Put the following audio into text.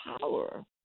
power